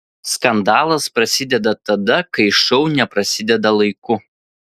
skandalas prasideda tada kai šou neprasideda laiku